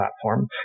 platform